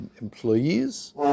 employees